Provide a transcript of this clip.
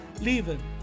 leaving